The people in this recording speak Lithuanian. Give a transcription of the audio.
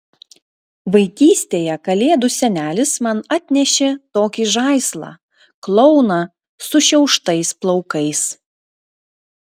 vaikystėje kalėdų senelis man atnešė tokį žaislą klouną sušiauštais plaukais